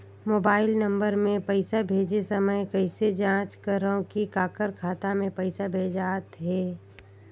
Mobile number मे पइसा भेजे समय कइसे जांच करव की काकर खाता मे पइसा भेजात हे?